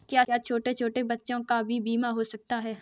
क्या छोटे छोटे बच्चों का भी बीमा हो सकता है?